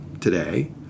today